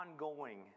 ongoing